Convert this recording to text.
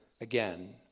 again